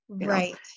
Right